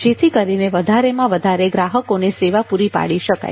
જેથી કરીને વધારેમાં વધારે ગ્રાહકોને સેવા પૂરી પાડી શકાય